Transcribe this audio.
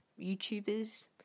YouTubers